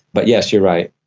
but yes, you're right.